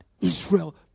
Israel